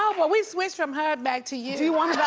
oh, but we switched from her back to you. do you want